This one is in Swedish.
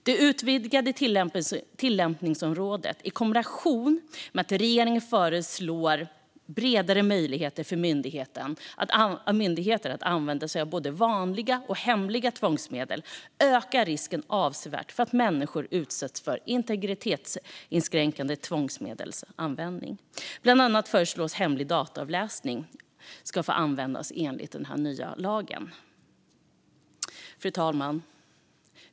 Det utvidgade tillämpningsområdet i kombination med att regeringen föreslår bredare möjligheter för myndigheter att använda sig av både vanliga och hemliga tvångsmedel ökar risken avsevärt för att människor utsätts för integritetskränkande tvångsmedelsanvändning. Bland annat föreslås hemlig dataavläsning få användas enligt den nya lagen. Fru talman!